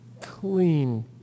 clean